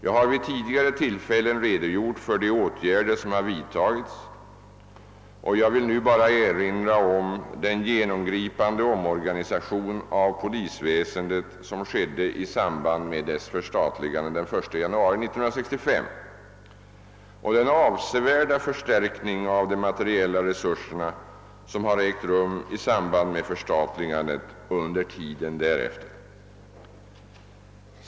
Jag har vid tidigare tillfällen redogjort för de åtgärder som har vidtagits och jag vill nu endast erinra om den genomgripande omorganisation av polisväsendet som skedde i samband med dess förstatligande den 1 januari 1965 och den avsevärda förstärkning av de materiella resurserna som har ägt rum i samband med förstatligandet och under tiden därefter.